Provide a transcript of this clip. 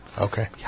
Okay